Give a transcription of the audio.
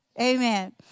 amen